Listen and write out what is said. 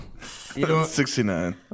69